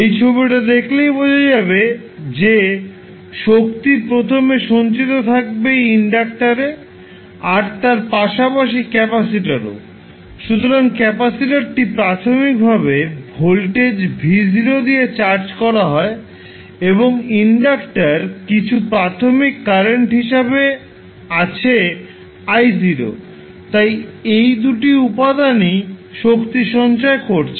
এই ছবিটা দেখলেই বোঝা যাবে যে শক্তি প্রথমে সঞ্চিত থাকবে ইন্ডাক্টার এ আর তার পাশাপাশি ক্যাপাসিটারেও সুতরাং ক্যাপাসিটারটি প্রাথমিকভাবে ভোল্টেজ V0 দিয়ে চার্জ করা হয় এবং ইন্ডাক্টার কিছু প্রাথমিক কারেন্ট হিসাবে আছে I0 তাই এই দুটি উপাদানই শক্তি সঞ্চয় করছে